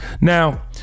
Now